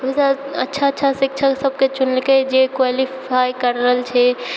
हमेशा अच्छा अच्छा शिक्षक सबके चुनलकै जे क्वालिफाइ करले छै